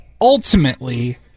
ultimately